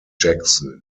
jackson